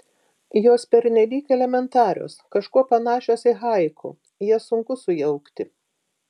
jos pernelyg elementarios kažkuo panašios į haiku jas sunku sujaukti